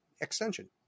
extension